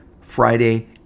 Friday